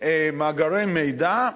מאגרי מידע,